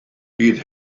bydd